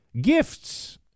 gifts